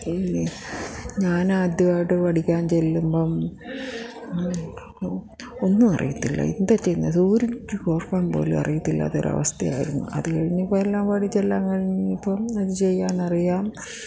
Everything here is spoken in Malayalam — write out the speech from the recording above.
പിന്നെ ഞാനാദ്യമായിട്ട് പഠിക്കാൻ ചെല്ലുമ്പം ഒന്നുമറിയത്തില്ല എന്താ ചെയ്യുന്നത് സൂചിക്ക് കോർക്കാൻ പോലും അറിയത്തില്ലാത്ത ഒരവസ്ഥയായിരുന്നു അത് കഴിഞ്ഞപ്പോൾ എല്ലാം പഠിച്ചെല്ലാം കഴിഞ്ഞപ്പം അത് ചെയ്യാനറിയാം